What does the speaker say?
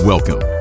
Welcome